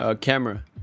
camera